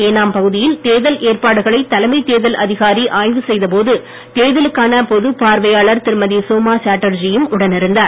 ஏனாம் பகுதியில் தேர்தல் ஏற்பாடுகளை தலைமை தேர்தல் அதிகாரி ஆய்வு செய்த போது தேர்தலுக்கான பொதுப் பார்வையாளர் திருமதி சோமா சேட்டர்ஜியும் உடன் இருந்தார்